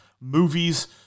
movies